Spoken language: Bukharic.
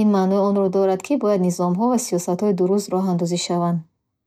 Ин маънои онро дорад, ки бояд низомҳо ва сиёсати дуруст роҳандозӣ шаванд.